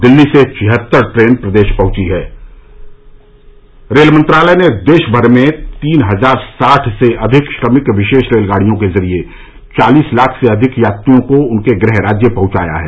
दिल्ली से छिहत्तर ट्रेन प्रदेश पहुंची हैं रेल मंत्रालय ने देशभर में तीन हजार साठ से अधिक श्रमिक विशेष रेलगाड़ियों के जरिये चालीस लाख से अधिक यात्रियों को उनके गृह राज्य पहुंचाया है